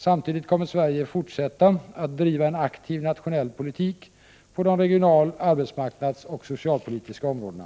Samtidigt kommer Sverige att fortsätta att driva en aktiv nationell politik på de regional-, arbetsmarknadsoch socialpolitiska områdena.